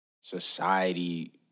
society